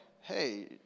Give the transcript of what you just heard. hey